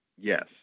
Yes